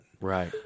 Right